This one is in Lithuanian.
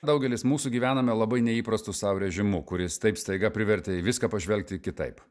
daugelis mūsų gyvename labai neįprastu sau režimu kuris taip staiga privertė į viską pažvelgti kitaip